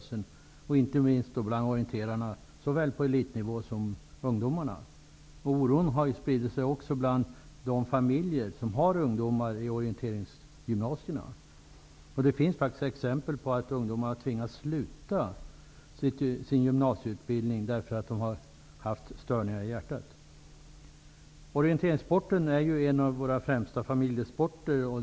Det gäller inte minst bland orienterarna såväl på elitnivå som bland ungdomarna. Oron har också spridit sig bland de familjer som har ungdomar på orienteringsgymnasierna. Det finns faktiskt exempel på att ungdomar har tvingats sluta sin gymnasieutbildning därför att de har haft störningar i hjärtverksamheten. Orienteringssporten är ju en av våra främsta familjesporter.